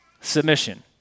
submission